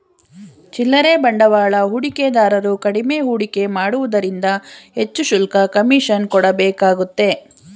ಚಿಲ್ಲರೆ ಬಂಡವಾಳ ಹೂಡಿಕೆದಾರರು ಕಡಿಮೆ ಹೂಡಿಕೆ ಮಾಡುವುದರಿಂದ ಹೆಚ್ಚು ಶುಲ್ಕ, ಕಮಿಷನ್ ಕೊಡಬೇಕಾಗುತ್ತೆ